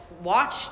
watch